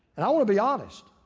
and i wanna be honest.